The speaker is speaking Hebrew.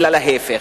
אלא להיפך.